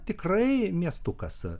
tikrai miestukas